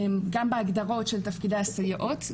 גם בהגדרות של תפקידי הסייעות,